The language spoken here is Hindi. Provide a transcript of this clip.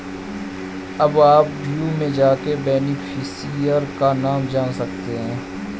अब आप व्यू में जाके बेनिफिशियरी का नाम जान सकते है